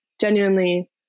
genuinely